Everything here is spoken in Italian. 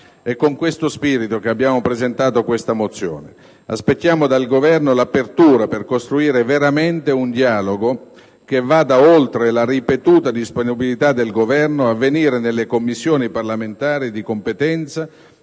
È con questo spirito che abbiamo presentato la mozione. Aspettiamo dal Governo l'apertura per costruire veramente un dialogo che vada oltre la ripetuta disponibilità dell'Esecutivo a venire nelle Commissioni parlamentari di competenza